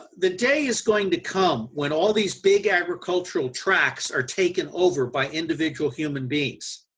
the day is going to come when all these big agricultural tracks are taken over by individual human beings.